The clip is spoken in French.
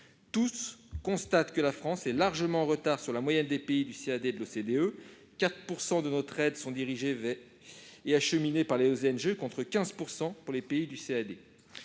Tous constatent que la France est largement en retard sur la moyenne des pays du CAD de l'OCDE : 4 % de son aide sont dirigés vers et acheminés par les ONG, contre 15 % pour les pays du CAD.